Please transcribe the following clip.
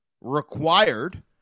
required